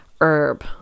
herb